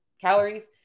Calories